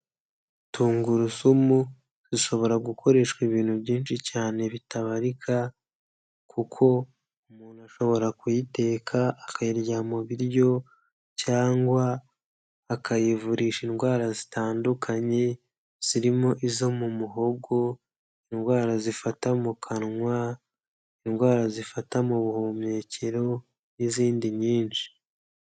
Tungurusumu zishobora gukoreshwa ibintu byinshi cyane bitabarika, kuko umuntu ashobora kuyiteka akayirya mu biryo, cyangwa akayivurisha indwara zitandukanye, zirimo izo mu muhogo, indwara zifata mu kanwa, indwara zifata mu buhumekero n'izindi nyinshi.